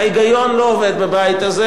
ההיגיון הפשוט,